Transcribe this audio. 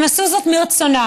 הם עשו זאת מרצונם.